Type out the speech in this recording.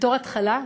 בתור התחלה,